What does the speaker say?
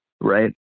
Right